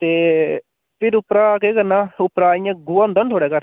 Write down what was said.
ते फ्ही उप्परा केह् करना उप्परां इ'यां गोहा होंदा निं थुआढ़े घर